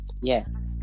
yes